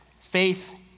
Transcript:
faith